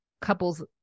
couples